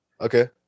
Okay